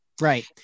Right